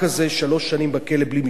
שלוש שנים בכלא בלי משפט.